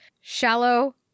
shallow